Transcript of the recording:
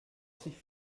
sich